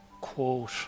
quote